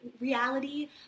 Reality